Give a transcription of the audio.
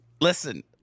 listen